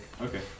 Okay